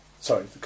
Sorry